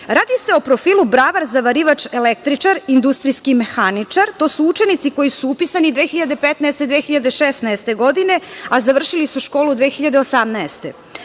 Radi se o profilu bravar, zavarivač, električar, industrijski mehaničar. To su učenici koji su upisani 2015/2016. godine, a završili su školu 2018.